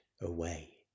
away